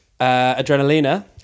Adrenalina